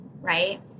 right